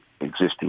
existing